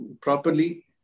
properly